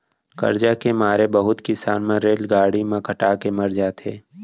करजा के मारे बहुत किसान मन रेलगाड़ी म कटा के मर जाथें